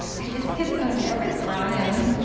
i just get so nervous around him.